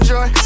Joy